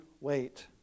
wait